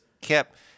kept